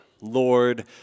Lord